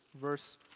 verse